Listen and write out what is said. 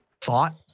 thought